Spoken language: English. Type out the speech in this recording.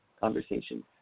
conversation